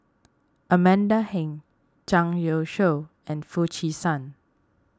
Amanda Heng Zhang Youshuo and Foo Chee San